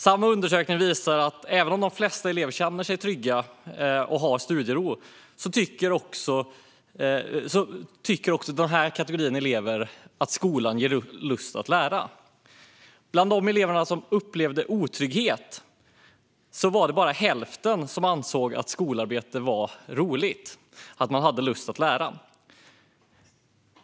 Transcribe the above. Samma undersökning visar att de flesta elever som känner sig trygga och har studiero också tycker att skolan ger lust att lära. Bland de elever som upplevde otrygghet var det bara hälften som ansåg att skolarbetet var roligt och att man hade lust att lära.